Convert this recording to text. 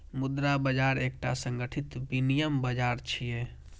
मुद्रा बाजार एकटा संगठित विनियम बाजार छियै